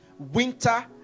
Winter